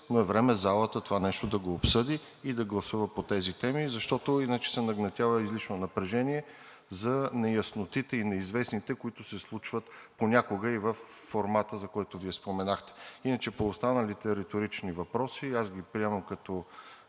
Но е време залата това нещо да го обсъди и да гласува по тези теми, защото иначе се нагнетява излишно напрежение за неяснотите и неизвестните, които се случват понякога и във формата, за който Вие споменахте. Иначе по останалите риторични въпроси – аз ги приемам като